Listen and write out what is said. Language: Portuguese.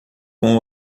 com